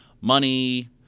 money